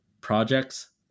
projects